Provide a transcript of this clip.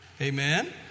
Amen